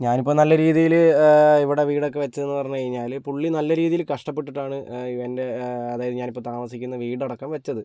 ഞാൻ ഇപ്പോൾ നല്ല രീതിയിൽ ഇവിടെ വീടൊക്കെ വെച്ചെന്ന് പറഞ്ഞ് കഴിഞ്ഞാൽ പുള്ളി നല്ല രീതിയിൽ കഷ്ടപ്പെട്ടിട്ടാണ് എൻ്റെ അതായത് ഞാൻ ഇപ്പോൾ താമസിക്കുന്ന വീട് അടക്കം വെച്ചത്